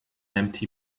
empty